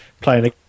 playing